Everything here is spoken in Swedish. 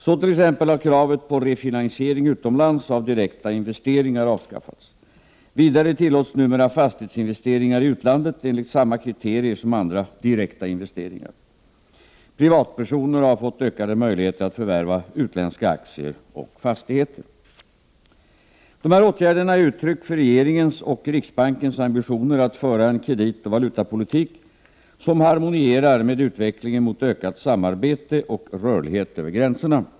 Så t.ex. har kravet på refinansiering utomlands av direkta investeringar avskaffats. Vidare tillåts numera fastighetsinvesteringar i utlandet enligt samma kriterier som andra direkta investeringar. Privatpersoner har fått ökade möjligheter att förvärva utländska aktier och fastigheter. Dessa åtgärder är uttryck för regeringens och riksbankens ambitioner att föra en kreditoch valutapolitik som harmonierar med utvecklingen mot ökat samarbete och rörlighet över gränserna.